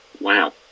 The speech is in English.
wow